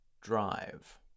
drive